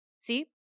See